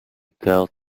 guild